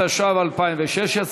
התשע"ו 2016,